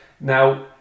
Now